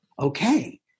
Okay